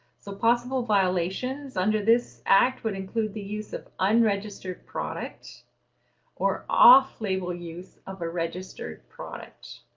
so possible violations under this act would include the use of unregistered product or off-label use of a registered product.